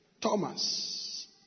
Thomas